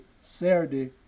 Saturday